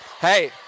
Hey